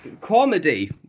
Comedy